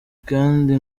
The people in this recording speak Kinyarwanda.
kandi